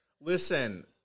Listen